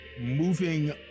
Moving